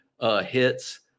hits